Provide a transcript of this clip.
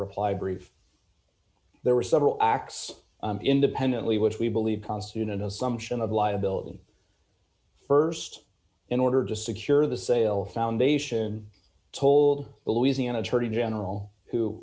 reply brief there were several acts independently which we believe constitute an assumption of liability first in order to secure the sale foundation told the louisiana attorney general who